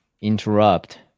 interrupt